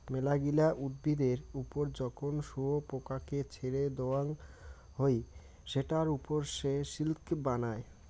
মেলাগিলা উদ্ভিদের ওপর যখন শুয়োপোকাকে ছেড়ে দেওয়াঙ হই সেটার ওপর সে সিল্ক বানায়